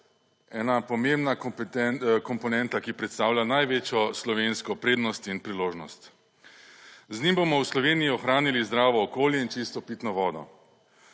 ena pomembna komponenta, ki predstavlja največjo slovensko prednost in priložnost. Z njim bomo v Sloveniji ohranili zdravo okolje in čisto pitno vodo.